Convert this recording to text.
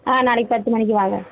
ஆ நாளைக்கி பத்து மணிக்கு வாங்க